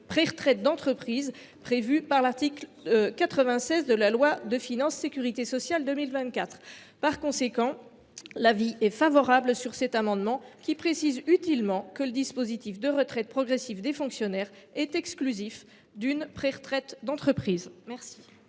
préretraite d’entreprise prévu par l’article 96 de la loi de financement de la sécurité sociale pour 2024. Par conséquent, la commission émet un avis favorable sur cet amendement, qui précise utilement que le dispositif de retraite progressive des fonctionnaires est exclusif d’une préretraite d’entreprise.